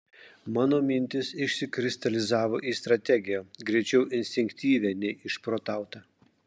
mano mintys išsikristalizavo į strategiją greičiau instinktyvią nei išprotautą